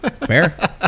Fair